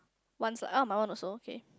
once uh my one also okay